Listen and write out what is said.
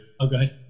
Okay